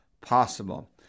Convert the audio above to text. possible